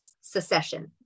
secession